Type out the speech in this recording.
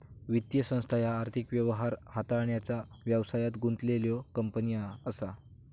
वित्तीय संस्था ह्या आर्थिक व्यवहार हाताळण्याचा व्यवसायात गुंतलेल्यो कंपनी असा